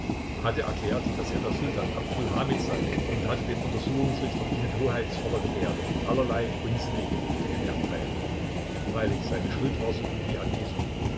hatte erklärt daß er der sultan abdul hamid sei und hatte dem untersuchungsrichter mit hoheitsvoller gebärde allerlei unsinnige befehle erteilt freilich seine schuld war so gut wie erwiesen